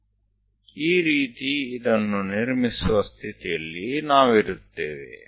આ એક રસ્તો છે જેના દ્વારા કોઈ તેને રચવાની સ્થિતિમાં હશે